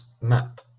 map